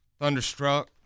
thunderstruck